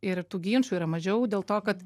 ir tų ginčų yra mažiau dėl to kad